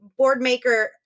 Boardmaker